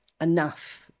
enough